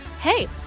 Hey